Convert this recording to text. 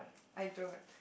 I don't